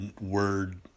word